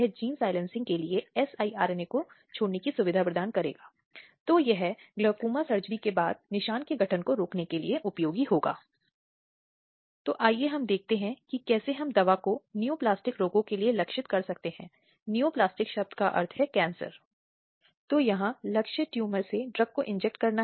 शीलता अनिवार्य रूप से स्त्री विशेषता की बात करती है जिस तरह से एक महिला बोलती है बातचीत करती है खुद को संचालित करती है वहां उसकी नारीत्व की विशेषता है